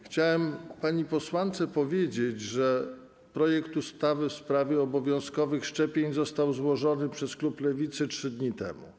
Chciałem pani posłance powiedzieć, że projekt ustawy w sprawie obowiązkowych szczepień został złożony przez klub Lewicy 3 dni temu.